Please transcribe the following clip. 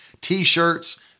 T-shirts